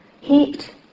heat